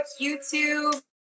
YouTube